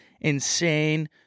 insane